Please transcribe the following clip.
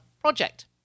project